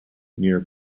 near